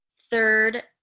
third